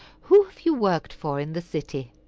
who have you worked for in the city?